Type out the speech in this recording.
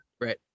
right